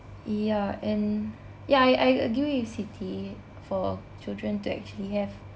ya and ya I I agree with siti for children to actually have